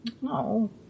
no